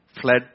fled